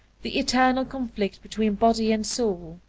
the eternal conflict between body and soul.